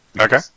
Okay